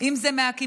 אם זה מהקיבוץ,